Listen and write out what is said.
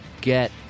get